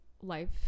life